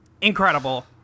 Incredible